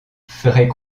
ferait